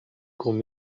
comme